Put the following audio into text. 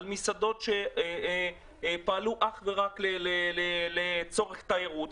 על מסעדות שפעלו אך ורק לצורך תיירות.